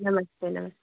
नमस्ते नमस्ते